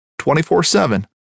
24-7